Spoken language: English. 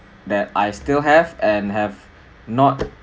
that I still have and have not